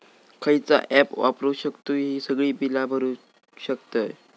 खयचा ऍप वापरू शकतू ही सगळी बीला भरु शकतय?